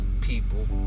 people